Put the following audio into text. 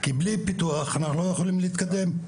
כי בלי פיתוח אנחנו לא יכולים להתקדם,